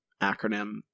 acronym